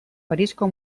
parisko